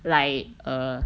like err